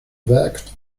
wagged